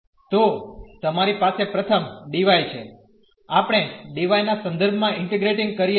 તો તમારી પાસે પ્રથમ dy છે આપણે dy ના સંદર્ભ માં ઇન્ટીગ્રેટીંગ કરીએ છીએ